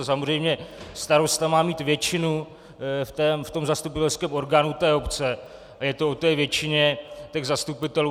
Samozřejmě starosta má mít většinu v tom zastupitelském orgánu té obce a je to o té většině těch zastupitelů.